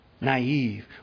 naive